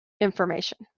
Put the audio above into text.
information